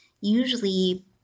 usually